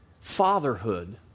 Fatherhood